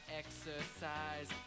exercise